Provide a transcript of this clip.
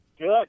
Good